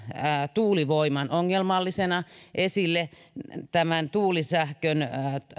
tuulivoiman ongelmallisena esille tuulisähkön